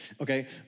Okay